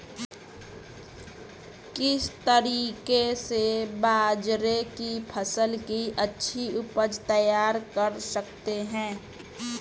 किस तरीके से बाजरे की फसल की अच्छी उपज तैयार कर सकते हैं?